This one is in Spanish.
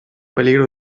peligro